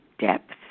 Depth